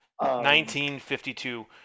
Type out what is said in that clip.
1952